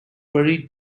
buried